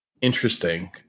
interesting